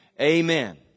Amen